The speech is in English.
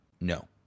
No